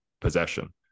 possession